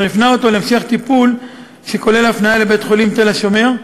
והוא הפנה אותו להמשך טיפול שכולל הפניה לבית-החולים תל-השומר,